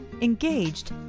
engaged